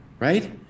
Right